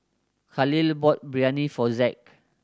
Khalil bought Biryani for Zack